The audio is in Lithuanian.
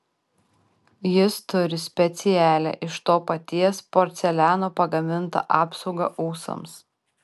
jis turi specialią iš to paties porceliano pagamintą apsaugą ūsams